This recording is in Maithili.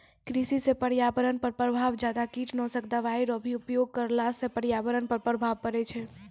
कृषि से पर्यावरण पर प्रभाव ज्यादा कीटनाशक दवाई रो भी उपयोग करला से पर्यावरण पर प्रभाव पड़ै छै